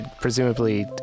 presumably